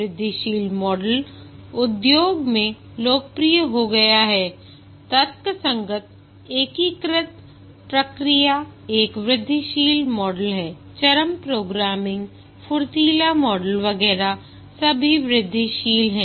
वृद्धिशील मॉडल उद्योग में लोकप्रिय हो गया है तर्कसंगत एकीकृत प्रक्रिया एक वृद्धिशील मॉडल है चरम प्रोग्रामिंग फुर्तीला मॉडल वगैरह सभी वृद्धिशील हैं